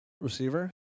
receiver